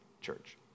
church